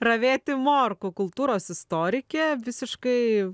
ravėti morkų kultūros istorikė visiškai